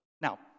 Now